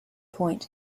point